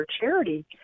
charity